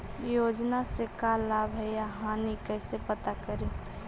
योजना से का लाभ है या हानि कैसे पता करी?